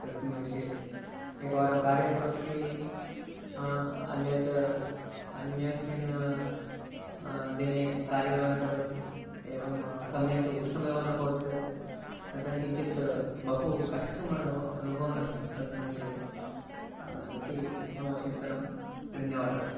कस्मिन् विषये एकवारं कार्यं करोति अन्यत् अन्यस्मिन् दिने कार्यमेव न करोति एवं सम्यक् उष्णमेव न भवति तत् तत् किञ्चित् बहु कष्टम् अनुभव अनुभवन् अस्मि तस्मिन् विषये इति मम चिन्तनं धन्यवादः